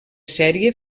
sèrie